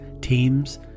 teams